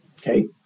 Okay